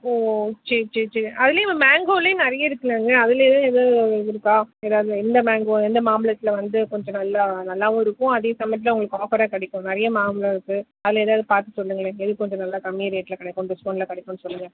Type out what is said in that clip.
ஓ ஓ சரி சரி சரி அதுலேயும் இப்போ மேங்கோலையும் நிறைய இருக்குதுல்லங்க அதுலேயே எதாது இது இருக்காது எதாது எந்த மேங்கோ எந்த மாம்பலத்தில் வந்து கொஞ்சம் நல்லா நல்லாவும் இருக்கும் அதே சமயத்தில் உங்களுக்கு ஆஃபராக கிடைக்கும் நிறைய மாம்பலம் இருக்குது அதில் எதாது பார்த்து சொல்லுங்களேன் எது கொஞ்சம் நல்லா கம்மியா ரேட்டில் கிடைக்கும் டிஸ்கவுண்ட்டில் கிடைக்குன்னு சொல்லுங்கள்